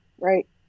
Right